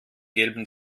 gelben